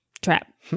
trap